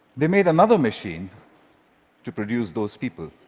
they made another machine to produce those people